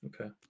Okay